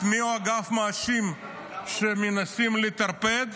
את מי הוא, אגב, מאשים שמנסים לטרפד?